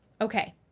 Okay